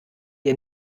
dir